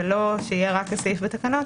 ולא שיהיה רק הסעיף בתקנות,